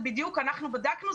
אנחנו בדקנו,